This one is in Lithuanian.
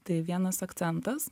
tai vienas akcentas